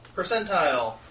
Percentile